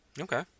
Okay